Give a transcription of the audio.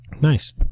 nice